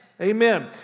Amen